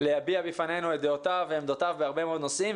להביע בפנינו את עמדותיו ודעותיו בהרבה מאוד נושאים,